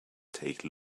take